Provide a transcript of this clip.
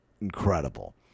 incredible